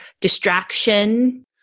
distraction